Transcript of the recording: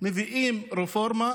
מביאים רפורמה,